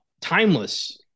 timeless